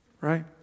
right